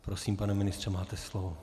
Prosím, pane ministře, máte slovo.